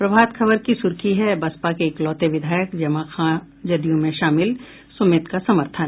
प्रभात खबर की सुर्खी है बसपा के इकलौते विधायक जमा खां जदयू में शामिल सुमित का समर्थन